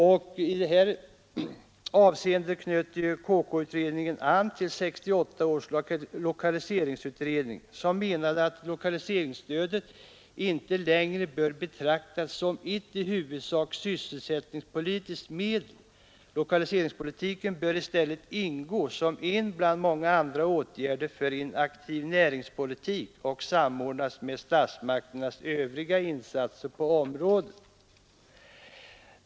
I detta avseende knöt KK-utredningen an till lokaliseringsutredningen, som menade att lokaliseringsstödet inte längre bör betraktas som ett i huvudsak sysselsättningspolitiskt medel. Lokaliseringspolitiken bör i stället ingå som en bland många andra åtgärder för en aktiv näringspolitik och samordnas med statsmakternas övriga insatser på området.